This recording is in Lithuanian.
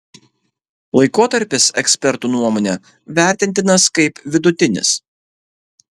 laikotarpis ekspertų nuomone vertintinas kaip vidutinis